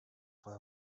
her